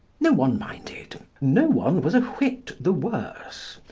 no one minded. no one was a whit the worse.